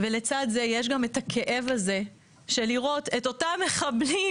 ולצד זה יש גם את הכאב לראות את אותם מחבלים,